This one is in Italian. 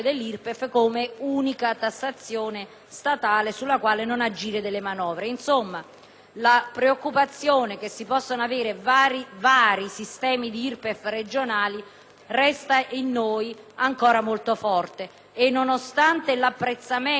la preoccupazione che si possano creare diversi sistemi di IRPEF regionali resta in noi ancora molto forte e, nonostante l'apprezzamento per il lavoro svolto, il nostro è un voto contrario politicamente, e vogliamo